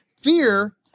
Fear